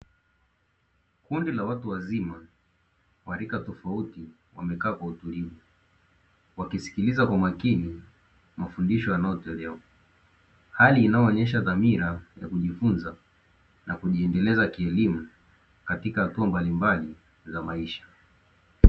Kundi la watu wazima wa rika tofauti wamekaa kwa utulivu, wakisikiliza kwa umakini mafundisho yanayotolewa, hali inayoonyesha dhamira ya kujifunza na kujiendeleza kielimu katika hatua mbalimbali za maisha.